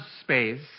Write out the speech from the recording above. space